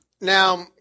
Now